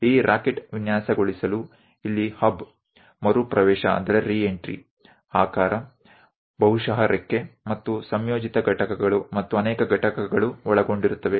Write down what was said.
ಈ ರಾಕೆಟ್ ವಿನ್ಯಾಸಗೊಳಿಸಲು ಇಲ್ಲಿ ಹಬ್ ಮರು ಪ್ರವೇಶ ಆಕಾರ ಬಹುಶಃ ರೆಕ್ಕೆ ಮತ್ತು ಸಂಯೋಜಿತ ಘಟಕಗಳು ಮತ್ತು ಅನೇಕ ಘಟಕಗಳು ಒಳಗೊಂಡಿರುತ್ತವೆ